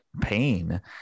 pain